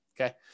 Okay